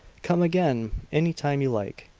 come again any time you like.